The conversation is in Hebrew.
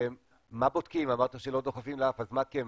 מה בודקים, אמרת שלא דוחפים לאף, אז מה כן?